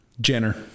Jenner